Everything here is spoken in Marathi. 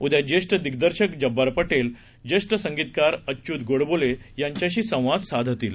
उद्याज्येष्ठदिग्दर्शकजब्बारपटेलज्येष्ठसंगितकारअच्यूतगोडबोलेंयांच्याशीसंवादसाधतील